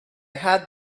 had